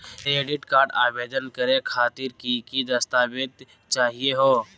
Credit card आवेदन करे खातिर की की दस्तावेज चाहीयो हो?